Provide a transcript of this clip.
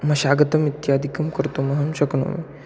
मशागतम् इत्यादिकं कर्तुम् अहं शक्नोमि